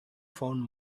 found